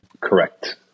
Correct